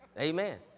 Amen